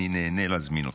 אני נהנה להזמין אתכם.